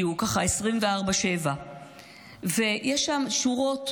כי הוא ככה 24/7. יש שם שורות,